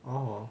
oh